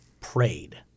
prayed